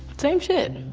same shit.